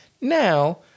Now